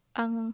ang